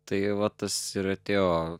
tai va tas ir atėjo